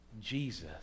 Jesus